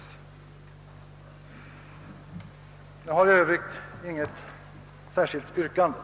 Jag har inte något särskilt yrkande.